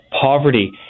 poverty